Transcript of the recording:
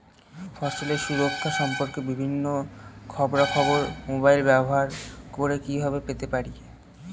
ফসলের সুরক্ষা সম্পর্কে বিভিন্ন খবরা খবর মোবাইল ব্যবহার করে কিভাবে পেতে পারি?